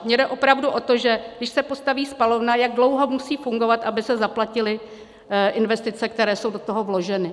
Mně jde opravdu o to, že když se postaví spalovna, jak dlouho musí fungovat, aby se zaplatily investice, které jsou do toho vloženy.